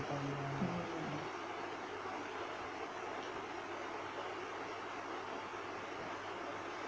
mm